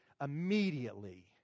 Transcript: immediately